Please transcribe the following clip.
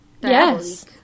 Yes